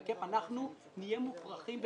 אנחנו נהיה מוכרחים,